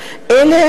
אלא